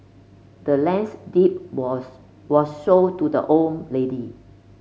the land's deed was was sold to the old lady